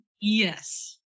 yes